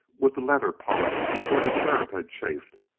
with the leather polished where the stirrup had chafed,